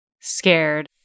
scared